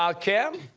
um cam?